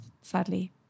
sadly